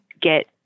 get